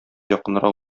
якынрак